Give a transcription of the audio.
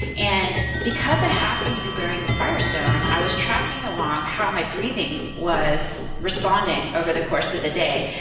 and because i happened to be wearing the spire stone, i was tracking along how my breathing was responding over the course of the day,